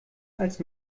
als